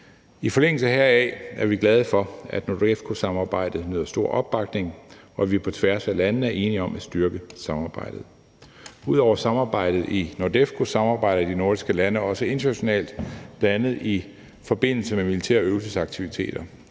I forlængelse heraf er vi glade for, at NORDEFCO-samarbejdet nyder stor opbakning, og at vi på tværs af landene er enige om at styrke samarbejdet. Ud over samarbejdet i NORDEFCO samarbejder de nordiske lande også internationalt, bl.a. i forbindelse med militære øvelsesaktiviteter.